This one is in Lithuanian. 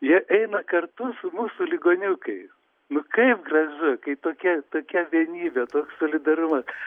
jie eina kartu su mūsų ligoniukais nu kaip gražu kai tokia tokia vienybė toks solidarumas